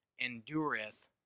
endureth